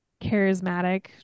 charismatic